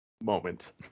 moment